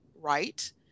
right